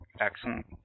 Excellent